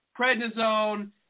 prednisone